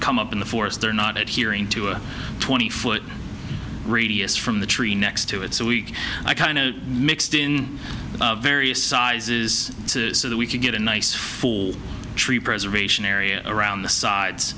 come up in the forest they're not here into a twenty foot radius from the tree next to it so weak i kind of mixed in various sizes that we could get a nice full tree preservation area around the sides